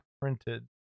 printed